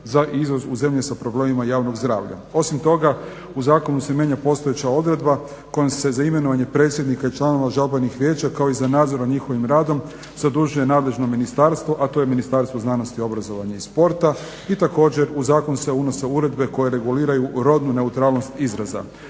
za izvoz u zemlje sa problemima javnog zdravlja. Osim toga u Zakonu se mijenja postojeća odredba kojom se za imenovanje predsjednika i članova žalbenih vijeća kao i za nadzor nad njihovim radom zadužuje nadležno ministarstvo a to je Ministarstvo znanosti, obrazovanja i sporta. I također u Zakon se unose uredbe koje reguliraju rodnu neutralnost izraza.